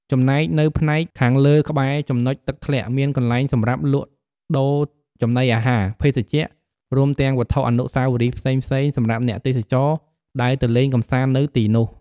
ចំណែកនៅផ្នែកខាងលើក្បែរចំណុចទឹកធ្លាក់ មានកន្លែងសម្រាប់លក់ដូរចំណីអាហារ ភេសជ្ជៈ រួមទាំងវត្ថុអនុស្សាវរីយ៍ផ្សេងៗសំរាប់អ្នកទេសចរដែលទៅលេងកម្សាន្តនៅទីនោះ។